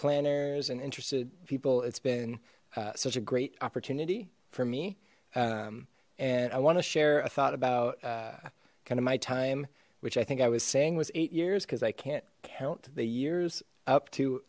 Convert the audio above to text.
planners and interested people it's been such a great opportunity for me and i want to share a thought about kind of my time which i think i was saying was eight years because i can't count the years up to